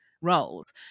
roles